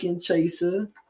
chaser